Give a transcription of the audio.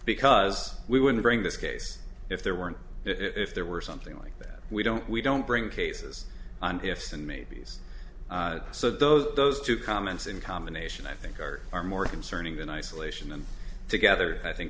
because we wouldn't bring this case if there weren't if there were something like that we don't we don't bring cases and if so and maybe's so those two comments in combination i think are are more concerning than isolation and together i think